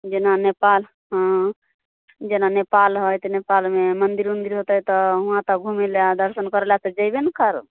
जेना नेपाल हँ जेना नेपाल हइ तऽ नेपालमे मन्दिर उन्दिर होतै तऽ हुआँ तऽ घुमैलए आओर दर्शन करैलए तऽ जेबे ने करब